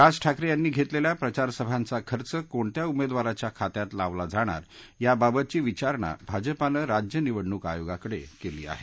राज ठाकरे यांनी घेतलेल्या प्रचारसभांचा खर्च कोणत्या उमेदवाराच्या खात्यात लावला जाणार याबाबतची विचारणा भाजपानं राज्य निवडणूक आयोगाकडं केली आहे